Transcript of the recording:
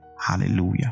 hallelujah